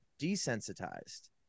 desensitized